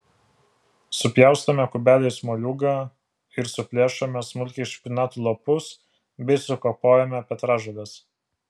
supjaustome kubeliais moliūgą ir suplėšome smulkiai špinatų lapus bei sukapojame petražoles